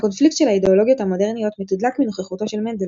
הקונפליקט של האידאולוגיות המודרניות מתודלק מנוכחותו של מנדל,